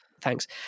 Thanks